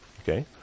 okay